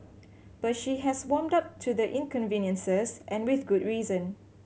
but she has warmed up to the inconveniences and with good reason